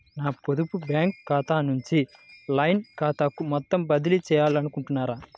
నా పొదుపు బ్యాంకు ఖాతా నుంచి లైన్ ఖాతాకు మొత్తం బదిలీ చేయాలనుకుంటున్నారా?